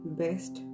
best